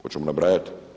Hoćemo nabrajati?